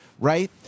right